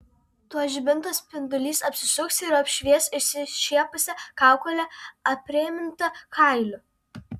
tuoj žibinto spindulys apsisuks ir apšvies išsišiepusią kaukolę aprėmintą kailiu